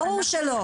ברור שלא.